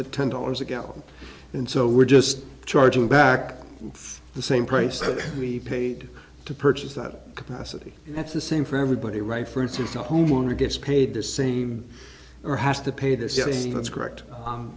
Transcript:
at ten dollars a gallon and so we're just charging back the same price that we paid to purchase that capacity and that's the same for everybody right for instance a homeowner gets paid the same or has to pay the same thing that's correct